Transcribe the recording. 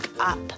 up